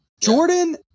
Jordan